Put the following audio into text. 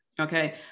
Okay